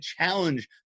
challenge